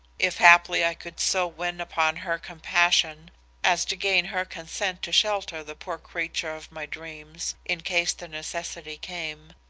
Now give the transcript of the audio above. if haply i could so win upon her compassion as to gain her consent to shelter the poor creature of my dreams in case the necessity came.